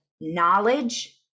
knowledge